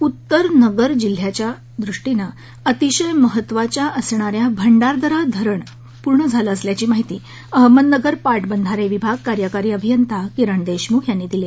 उत्तर नगर जिल्ह्याच्या दृष्टीनं अतिशय महत्त्वाच्या असणाऱ्या भंडारदरा धरण पूर्ण भरलं असल्याची माहिती अहमदनगर पाटबंधारे विभाग कार्यकारी अभियंता किरण देशमुख यांनी दिली